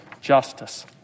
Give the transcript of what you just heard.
justice